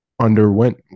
underwent